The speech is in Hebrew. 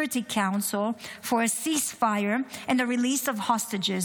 Council for a ceasefire and the release of hostages.